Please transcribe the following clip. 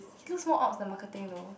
he looks more ops than marketing though